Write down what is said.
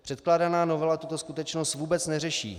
Předkládaná novela tuto skutečnost vůbec neřeší.